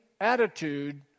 attitude